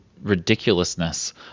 ridiculousness